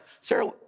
Sarah